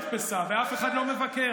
יש מדפסת ואף אחד לא מבקר.